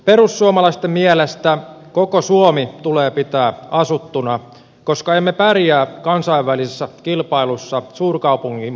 perussuomalaisten mielestä koko suomi tulee pitää asuttuna koska emme pärjää kansainvälisessä kilpailussa suurkaupungistumista kiihdyttäen